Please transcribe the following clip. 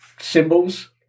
symbols